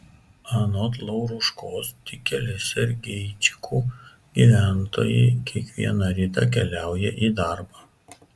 anot lauruškos tik keli sergeičikų gyventojai kiekvieną rytą keliauja į darbą